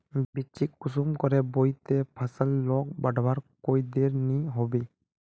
बिच्चिक कुंसम करे बोई बो ते फसल लोक बढ़वार कोई देर नी होबे?